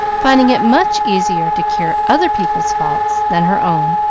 finding it much easier to cure other people's faults than her own.